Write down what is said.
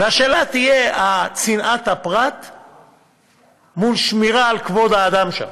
והשאלה תהיה צנעת הפרט מול שמירה על כבוד האדם שם.